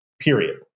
Period